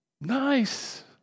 nice